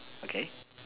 okay